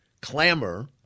Clamor